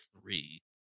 three